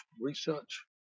research